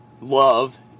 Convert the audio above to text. love